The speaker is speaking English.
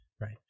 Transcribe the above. Right